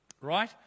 right